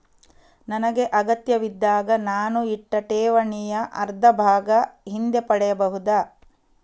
ನನಗೆ ಅಗತ್ಯವಿದ್ದಾಗ ನಾನು ಇಟ್ಟ ಠೇವಣಿಯ ಅರ್ಧಭಾಗ ಹಿಂದೆ ಪಡೆಯಬಹುದಾ?